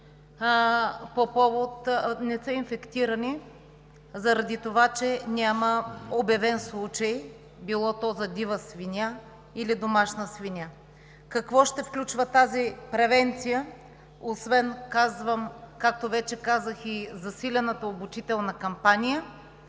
рискови и не са инфектирани заради това, че няма обявен случай – било то за дива свиня или домашна свиня. Какво ще включва тази превенция освен, както вече казах, и засилената обучителна кампания?